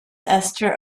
esther